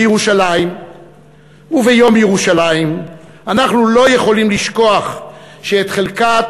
בירושלים וביום ירושלים אנחנו לא יכולים לשכוח שאת חלקת